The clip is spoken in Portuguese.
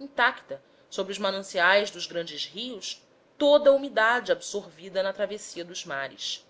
intacta sobre os mananciais dos grandes rios toda a umidade absorvida na travessia dos mares